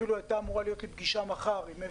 אפילו הייתה אמורה להיות לי פגישה מחר עם אפי,